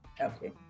Okay